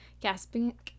gasping